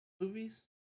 movies